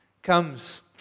comes